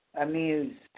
amused